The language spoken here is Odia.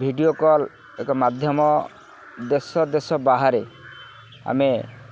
ଭିଡ଼ିଓ କଲ୍ ଏକ ମାଧ୍ୟମ ଦେଶ ଦେଶ ବାହାରେ ଆମେ